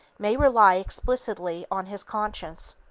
may rely explicitly on his conscience.